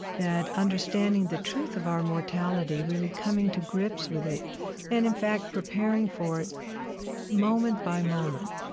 that understanding the truth of our mortality, really coming to grips with it and, in fact, preparing for it moment by moment,